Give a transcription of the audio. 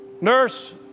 nurse